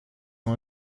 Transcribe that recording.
ont